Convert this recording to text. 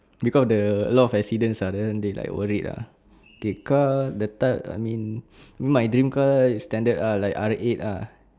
because the a lot of accident ah then they like worried lah K car the type I mean my dream car is standard ah like R eight lah